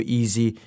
easy